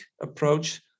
approach